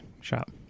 shop